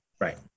Right